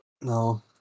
No